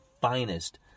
finest